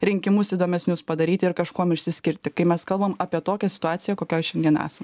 rinkimus įdomesnius padaryti ir kažkuom išsiskirti kai mes kalbam apie tokią situaciją kokioj šiandien esam